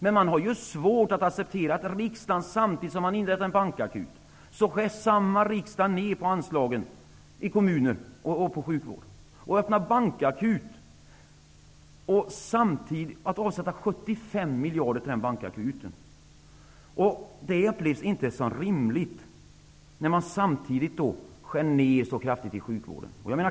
Men man har svårt att acceptera att riksdagen samtidigt som den inrättar en bankakut skär ned anslagen till kommuner och sjukvård. Att öppna bankakut och avsätta 75 miljarder till den bankakuten upplevs inte som rimligt när man samtidigt skär ned så kraftigt inom sjukvården.